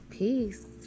peace